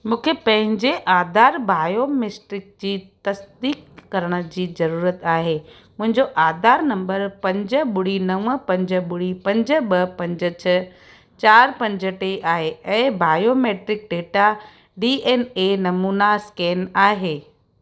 मूंखे पंहिंजे आधार बायोमिसट्रिक जी तसदीक़ करण जी ज़रूरत आहे मुंहिंजो आधार नंबर पंज ॿुड़ी नव पंज ॿुड़ी पंज ॿ पंज छह चार पंज टे आहे ऐं biometric data D N A नमूना स्कैन आहे